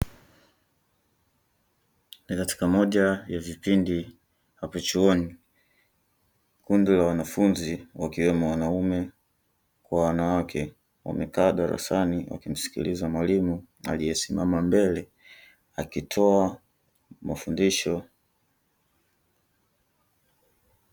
Ni katika moja ya vipindi hapa chuoni; kundi la wanafunzi wakiwemo wanaume kwa wanawake wamekaa darasani wakimsikiliza mwalimu aliyesimama mbele akitoa mafundisho.